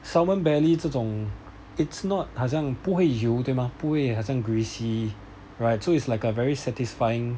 salmon belly 这种 it's not 好像不会油对吗不会好像 greasy right so it's like a very satisfying